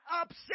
upset